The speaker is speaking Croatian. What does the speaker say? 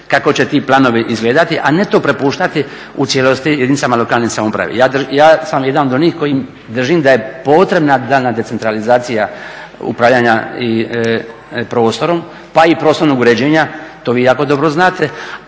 kako će ti planovi izgledati, a ne to prepuštati u cijelosti jedinicama lokalne samouprave. Ja sam jedan od onih koji držim da je potrebna dana centralizacija upravljanja prostorom pa i prostornog uređenja, to vi jako dobro znate,